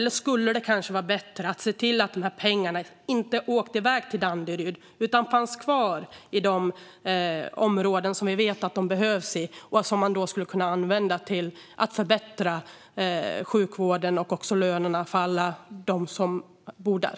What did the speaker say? Eller skulle det kanske vara bättre att se till att dessa pengar inte åker iväg till Danderyd utan finns kvar där vi vet att de behövs och skulle kunna användas till att förbättra sjukvården och lönerna för dem som bor där?